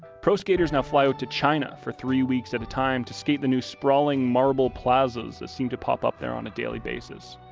pro-skaters now fly out ah to china for three weeks at a time to skate the new sprawling marble plazas that seem to pop up there on a daily basis.